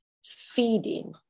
feeding